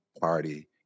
Party